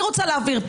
אני רוצה להבהיר,